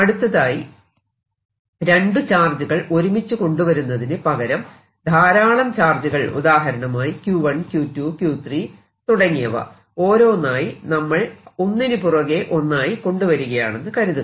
അടുത്തതായി രണ്ടു ചാർജുകൾ ഒരുമിച്ചു കൊണ്ടുവരുന്നതിന് പകരം ധാരാളം ചാർജുകൾ ഉദാഹരണമായി Q1 Q2 Q3 തുടങ്ങിയവ ഓരോന്നായി നമ്മൾ ഒന്നിന് പുറകെ ഒന്നായി കൊണ്ടുവരികയാണെന്ന് കരുതുക